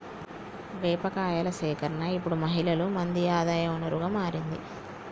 వేప కాయల సేకరణ ఇప్పుడు మహిళలు మంది ఆదాయ వనరుగా మారింది